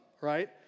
right